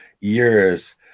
years